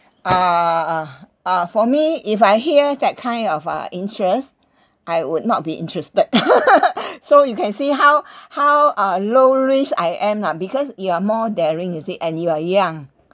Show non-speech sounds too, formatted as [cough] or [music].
err uh for me if I hear that kind of uh interest I would not be interested [laughs] [breath] so you can see how [breath] how uh low risk I'm lah because you are more daring is it and you are young